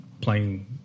playing